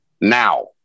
Now